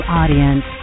audience